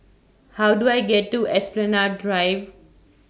How Do I get to Esplanade Drive